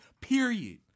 period